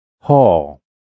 Hall